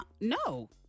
No